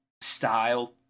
style